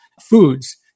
foods